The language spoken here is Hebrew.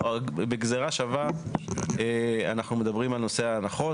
בגזירה שווה אנחנו מדברים על נושא ההנחות,